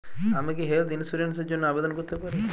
আমি কি health insurance র জন্য আবেদন করতে পারি?